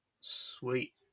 sweet